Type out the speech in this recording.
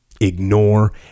ignore